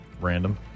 Random